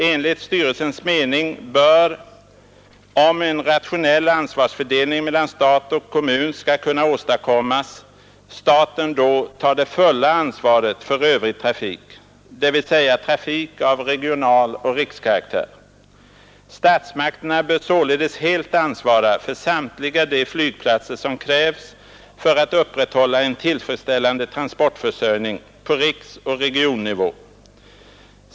Enligt styrelsens mening bör, om en rationell ansvarsfördelning mellan stat och kommun skall kunna åstadkommas, staten då ta det fulla ansvaret för övrig trafik, dvs trafik av regional och rikskaraktär. Statsmakterna bör således helt ansvara för samtliga de flygplatser som krävs för att upprätthålla en tillfredsställande transportförsörjning på riksoch regionnivå.